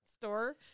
store